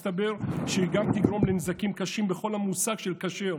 מסתבר שהיא גם תגרום לנזקים קשים בכל המושג של כשרות.